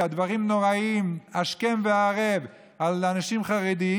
דברים נוראיים השכם וערב על אנשים חרדים,